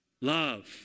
love